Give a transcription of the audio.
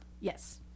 Yes